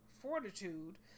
fortitude